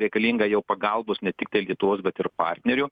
reikalinga jau pagalbos ne tiktai lietuvos bet ir partnerių